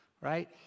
right